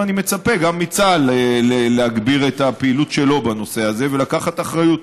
ואני מצפה גם מצה"ל להגביר את הפעילות שלו בנושא הזה ולקחת אחריות.